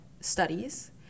studies